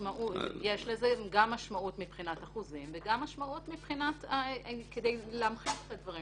יש לזה משמעות גם באחוזים וגם כדי להמחיש את הדברים.